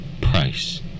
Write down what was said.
price